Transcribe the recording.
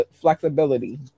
Flexibility